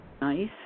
nice